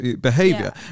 behavior